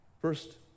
First